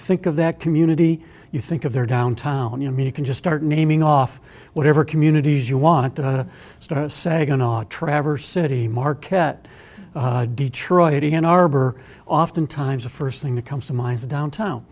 think of that community you think of their downtown you can just start naming off whatever communities you want to start of saginaw traverse city marquette detroit in arbor oftentimes the first thing that comes to mind is downtown